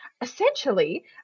essentially